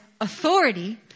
authority